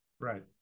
Right